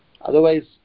otherwise